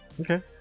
Okay